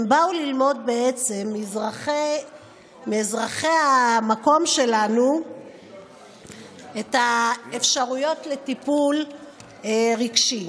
הם באו ללמוד בעצם מאזרחי המקום שלנו על האפשרויות לטיפול רגשי.